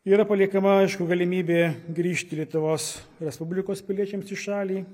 yra paliekama aišku galimybė grįžti lietuvos respublikos piliečiams į šalį